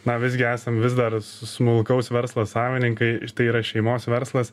na visgi esam vis dar smulkaus verslo savininkai ir tai yra šeimos verslas